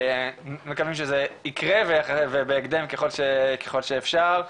מקווים שזה יקרה ובהקדם ככל שאפשר,